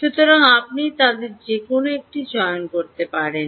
সুতরাং আপনি তাদের যে কোনও একটি চয়ন করতে পারেন